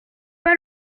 pas